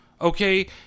okay